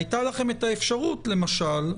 היתה לכם את האפשרות, למשל,